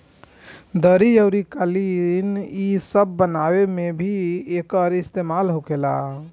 दरी अउरी कालीन इ सब बनावे मे भी एकर इस्तेमाल होखेला